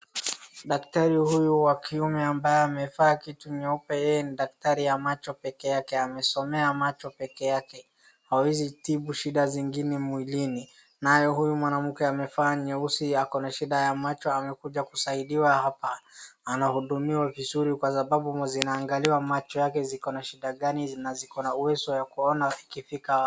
Daktari huyu wa kiume ambaye amevaa kitu nyeupe, yeye ni daktari wa macho pekee yake, amesomea macho pekee yake. Hawezi kutibu shida zingine mwilini. Naye huyu mwanamke amevaa nyeusi, ako na shida ya macho, amekuja kusaidiwa hapa. Anahudumiwa vizuri kwa sababu zinaangaliwa macho yake ziko na shida gani na ziko na uwezo ya kuona ikifika.